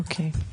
אוקיי.